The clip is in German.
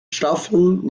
staffeln